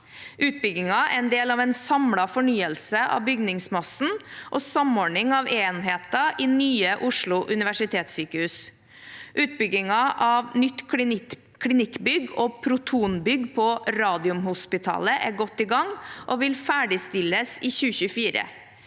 Utbyggingene er en del av en samlet fornyelse av bygningsmassen og samordning av enheter i Nye Oslo universitetssykehus. Utbyggingen av nytt klinikkbygg og protonbygg på Radiumhospitalet er godt i gang og vil ferdigstilles i 2024.